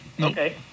Okay